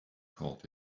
called